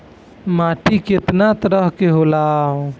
माटी केतना तरह के होला?